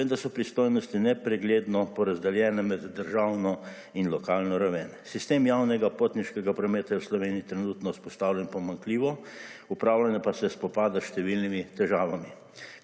vendar so pristojnosti nepregledno porazdeljene med državno in lokalno raven. Sistem javnega potniškega prometa je v Sloveniji trenutno vzpostavljen pomanjkljivo, upravljanje pa se spopada s številnimi težavami.